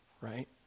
right